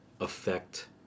affect